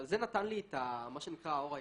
אבל זה נתן לי את האור הירוק,